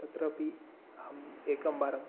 तत्रापि अहम् एकवारम्